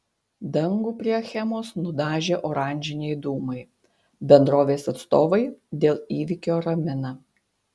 dangų prie achemos nudažė oranžiniai dūmai bendrovės atstovai dėl įvykio ramina